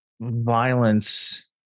violence